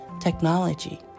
technology